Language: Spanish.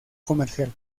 comercial